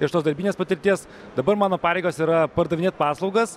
iš tos darbinės patirties dabar mano pareigos yra pardavinėt paslaugas